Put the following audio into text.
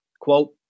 quote